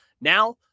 Now